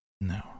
No